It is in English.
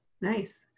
Nice